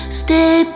stay